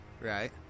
right